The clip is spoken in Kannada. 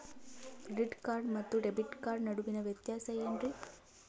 ಕ್ರೆಡಿಟ್ ಕಾರ್ಡ್ ಮತ್ತು ಡೆಬಿಟ್ ಕಾರ್ಡ್ ನಡುವಿನ ವ್ಯತ್ಯಾಸ ವೇನ್ರೀ?